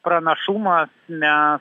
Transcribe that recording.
pranašumas ne